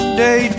day